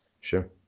Sure